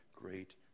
great